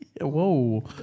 Whoa